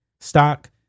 Stock